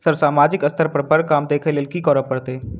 Sir सामाजिक स्तर पर बर काम देख लैलकी करऽ परतै?